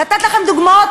לתת לכם דוגמאות,